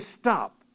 stop